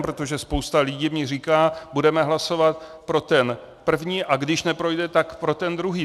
Protože spousta lidí mi říká: budeme hlasovat pro ten první a když neprojde, tak pro ten druhý.